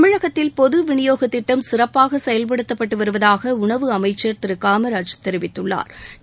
தமிழகத்தில் பொதுவிநியோக திட்டம் சிறப்பாக செயல்படுத்தப்பட்டு வருவதாக உனவு அமைச்சர் திரு காமராஜ் தெரிவித்துள்ளா்